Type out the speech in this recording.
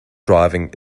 driving